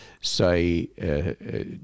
say